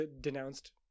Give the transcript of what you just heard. denounced